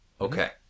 Okay